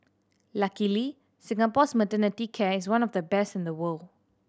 luckily Singapore's maternity care is one of the best in the world